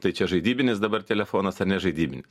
tai čia žaidybinis dabar telefonas ar nežaidybinis